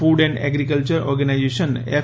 food and agriculture organisation F